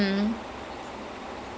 whilst they're trying to save the world